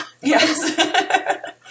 Yes